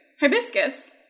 Hibiscus